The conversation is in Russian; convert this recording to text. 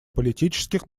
политических